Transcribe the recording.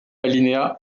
alinéa